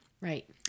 Right